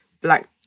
black